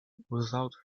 without